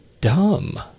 dumb